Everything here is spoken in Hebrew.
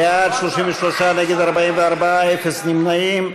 בעד, 33, נגד 44, אין נמנעים.